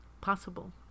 possible